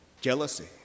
Jealousy